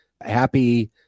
Happy